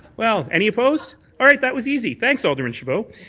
well, any opposed? all right, that was easy. thanks, alderman chabot.